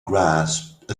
grasped